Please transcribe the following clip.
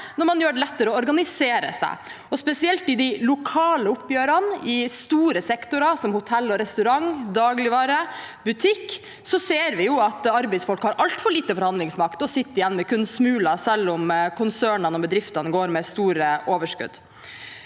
når man gjør det lettere å organisere seg. Spesielt i de lokale oppgjør ene i store sektorer, som hotell og restaurant, dagligvare og butikk, ser vi at arbeidsfolk har altfor lite forhandlingsmakt og sitter igjen med kun smuler, selv om konsernene og bedriftene går med store overskudd.